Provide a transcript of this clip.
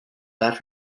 that